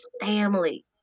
family